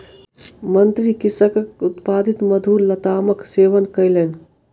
मंत्री कृषकक उत्पादित मधुर लतामक सेवन कयलैन